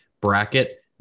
bracket